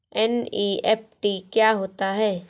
NEFT क्या होता है?